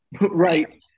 Right